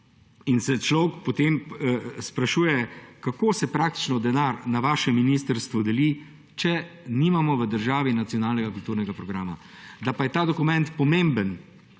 In se človek potem sprašuje, kako se praktično denar na vašem ministrstvu deli, če nimamo v državi nacionalnega kulturnega programa. Da pa je ta dokument pomemben,